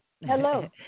Hello